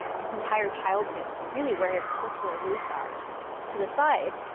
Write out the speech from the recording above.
his entire childhood really, where his cultural roots are to the side.